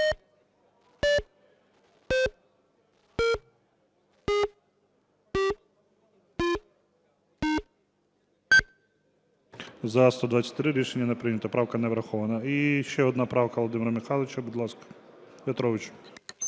За-123 Рішення не прийнято. Правка не врахована. І ще одна правка Володимира Михайловича. Будь ласка, В'ятрович.